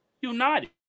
united